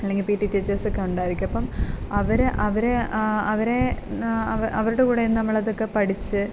അല്ലെങ്കിൽ P T teachers ഒക്കെ ഉണ്ടായിരിക്കും അപ്പം അവർ അവരെ അവരെ അവരുടെ കൂടെ നിന്ന് നമ്മൾ അതൊക്കെ പഠിച്ച്